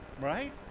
right